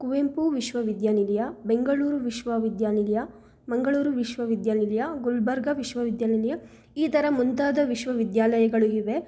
ಕುವೆಂಪು ವಿಶ್ವವಿದ್ಯಾನಿಲಯ ಬೆಂಗಳೂರು ವಿಶ್ವವಿದ್ಯಾನಿಲಯ ಮಂಗಳೂರು ವಿಶ್ವವಿದ್ಯಾನಿಲಯ ಗುಲ್ಬರ್ಗ ವಿಶ್ವವಿದ್ಯಾನಿಲಯ ಈ ಥರ ಮುಂತಾದ ವಿಶ್ವವಿದ್ಯಾಲಯಗಳು ಇವೆ